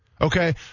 Okay